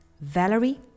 Valerie